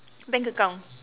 bank account